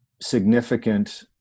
significant